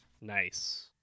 Nice